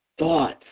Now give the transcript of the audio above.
thoughts